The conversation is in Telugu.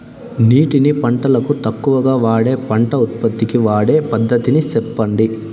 నీటిని పంటలకు తక్కువగా వాడే పంట ఉత్పత్తికి వాడే పద్ధతిని సెప్పండి?